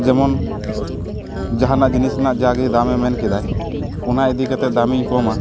ᱡᱮᱢᱚᱱ ᱡᱟᱦᱟᱱᱟᱜ ᱡᱤᱱᱤᱥ ᱨᱮᱱᱟᱜ ᱡᱟᱜᱮ ᱫᱟᱢᱮ ᱢᱮᱱ ᱠᱮᱫᱟᱭ ᱚᱱᱟ ᱤᱫᱤ ᱠᱟᱛᱮᱫ ᱫᱟᱢᱤᱧ ᱠᱚᱢᱟ